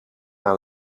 aan